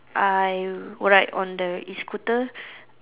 I ride on the E-scooter